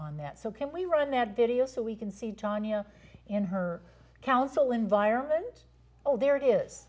on that so can we run that video so we can see tonya in her counsel environment oh there it is